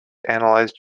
analyzed